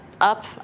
up